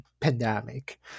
pandemic